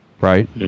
right